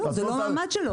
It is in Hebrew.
לא, זה לא המעמד שלו.